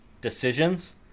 decisions